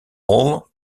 roll